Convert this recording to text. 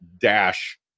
dash